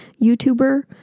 youtuber